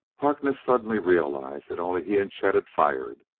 harkness suddenly realized that only he and chet had fired.